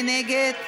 מי נגד?